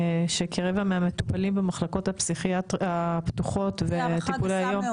שכרבע מהמטופלים במחלקות הפתוחות וטיפולי